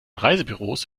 reisebüros